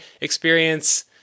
experience